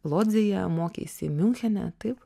lodzėje mokeisi miunchene taip